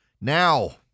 Now